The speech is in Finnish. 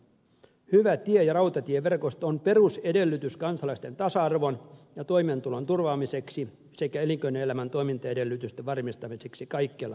hyvä tie ja rautatieverkosto on perusedellytys kansalaisten tasa arvon ja toimeentulon turvaamiseksi sekä elinkeinoelämän toimintaedellytysten varmistamiseksi kaikkialla maassamme